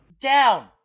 Down